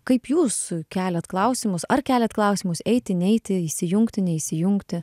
kaip jūs keliat klausimus ar keliat klausimus eiti neiti įsijungti neįsijungti